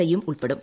ഐയും ഉൾപ്പെടും